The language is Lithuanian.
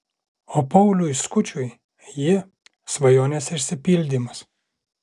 o pauliui skučui ji svajonės išsipildymas